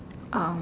um